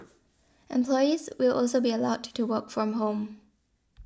employees will also be allowed to work from home